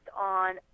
on